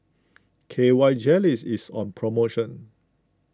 K Y Jelly's is on promotion